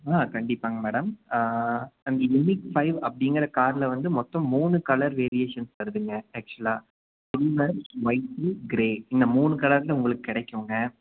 ஆ கண்டிப்பாங்க மேடம் அந்த unit five அப்படிங்கிற காரில் மொத்தம் மூணு கலர் வேரியேஷன்ஸ் வருதுங்க ஆக்சுவலாக வொயிட்டு கிரே இந்த மூணு கலரில் உங்களுக்கு கிடைக்குங்க